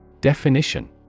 Definition